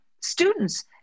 students